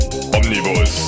Omnibus